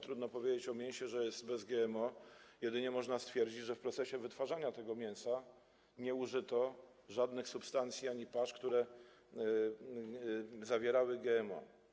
Trudno powiedzieć o mięsie, że jest bez GMO, jedynie można stwierdzić, że w procesie wytwarzania mięsa nie użyto żadnych substancji ani pasz, które zawierały GMO.